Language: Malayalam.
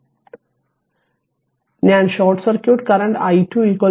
അതായത് ഞാൻ ഷോർട്ട് സർക്യൂട്ട് i2 2